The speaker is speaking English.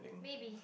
maybe